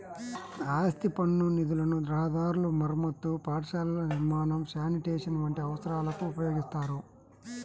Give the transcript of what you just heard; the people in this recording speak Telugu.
ఆస్తి పన్ను నిధులను రహదారుల మరమ్మతు, పాఠశాలల నిర్మాణం, శానిటేషన్ వంటి అవసరాలకు ఉపయోగిత్తారు